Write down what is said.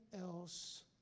else